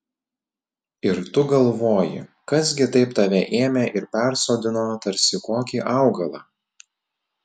ir tu galvoji kas gi taip tave ėmė ir persodino tarsi kokį augalą